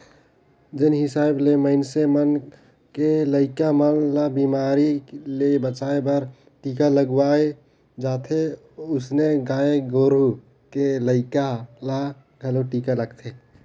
जेन हिसाब ले मनइसे मन के लइका मन ल बेमारी ले बचाय बर टीका लगवाल जाथे ओइसने गाय गोरु के लइका ल घलो टीका लगथे